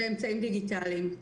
כן, באמצעות דיגיטליים.